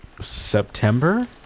September